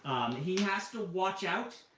he has to watch out,